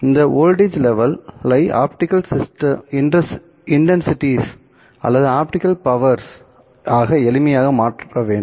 இந்த voltage level ஐ optical intensities அல்லது ஆப்டிகல் பவர்ஸ் ஆக எளிமையாக மாற்ற வேண்டும்